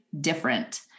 different